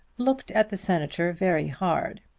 looked at the senator very hard.